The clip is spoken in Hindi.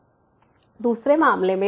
दूसरे मामले में जब f गोज़ टू होगा